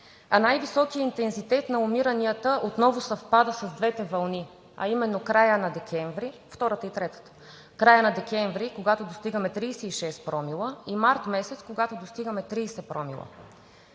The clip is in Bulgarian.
а най високият интензитет на умиранията отново съвпада с двете вълни, а именно в края на декември – втората и третата, когато достигаме 36 промила и през месец март, когато достигаме 30 промила.